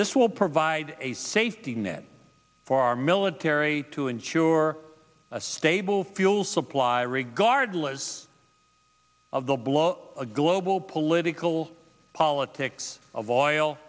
this will provide a safety net for our military to ensure a stable fuel supply regardless of the blow a global political politics of oil